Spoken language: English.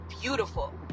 beautiful